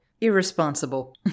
Irresponsible